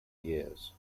years